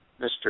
Mr